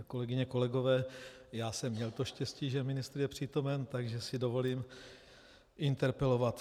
Kolegyně, kolegové, já jsem měl to štěstí, že ministr je přítomen, takže si dovolím interpelovat.